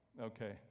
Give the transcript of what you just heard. okay